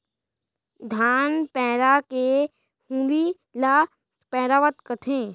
धान पैरा के हुंडी ल पैरावट कथें